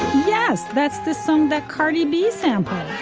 yes. that's the song that cardi b sample.